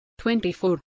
24